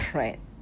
right